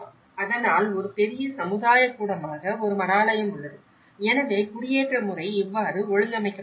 அதனால் ஒரு பெரிய சமுதாயக் கூட்டமாக ஒரு மடாலயம் உள்ளது எனவே குடியேற்ற முறை இவ்வாறு ஒழுங்கமைக்கப்பட்டுள்ளது